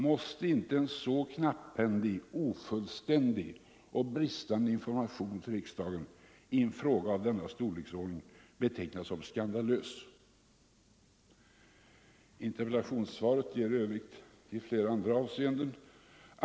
Måste inte en så knapphändig, ofullständig och bristande information till riksdagen i en fråga av denna storleksordning betecknas som skandalös? Interpellationssvaret ger även i övrigt anledning till flera frågetecken.